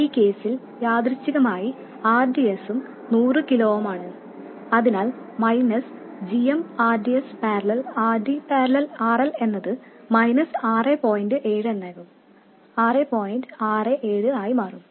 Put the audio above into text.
ഈ കേസിൽ യാദൃശ്ചികമായി rds ഉം 100 കിലോ ഓം ആണ് അതിനാൽ g m r d s parallel R D parallel R L എന്നത് മൈനസ് ആറേ പോയിന്റ് ഏഴ് എന്നാകും ആറേ പോയിന്റ് ആറേ ഏഴ് ആയി മാറും